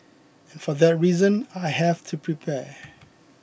and for that reason I have to prepare